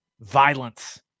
violence